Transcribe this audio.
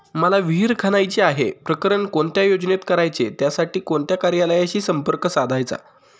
मला विहिर खणायची आहे, प्रकरण कोणत्या योजनेत करायचे त्यासाठी कोणत्या कार्यालयाशी संपर्क साधायचा?